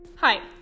Hi